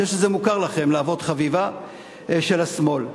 אני חושב שזה מוכר לכם, להבות-חביבה, של השמאל.